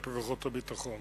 כלפי כוחות הביטחון,